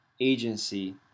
agency